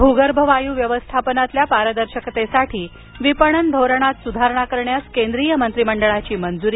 भूगर्भ वायू व्यवस्थापनातील पारदर्शकतेसाठी विपणन धोरणात सुधारणा करण्यास केंद्रीय मंत्रिमंडळाची मंजूरी